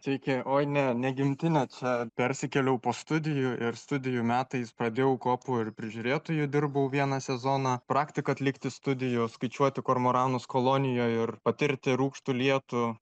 sveiki oi ne ne gimtinė čia persikėliau po studijų ir studijų metais pradėjau kopų ir prižiūrėtoju dirbau vieną sezoną praktiką atlikti studijų skaičiuoti kormoranus kolonijoj ir patirti rūgštų lietų